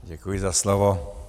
Děkuji za slovo.